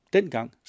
Dengang